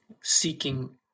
seeking